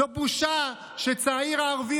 זו בושה שצעיר ערבי,